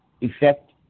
effect